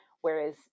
Whereas